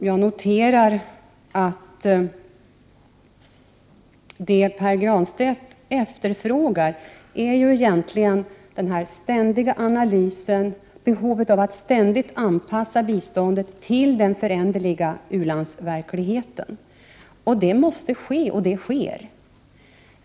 Jag noterar emellertid att det som Pär Granstedt efterfrågade ju egentligen är en ständig analys, och han anser att det ständigt finns behov att anpassa biståndet till den föränderliga u-landsverkligheten. Detta måste ske, och det sker också.